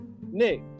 nick